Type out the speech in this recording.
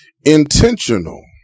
intentional